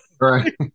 Right